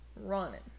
running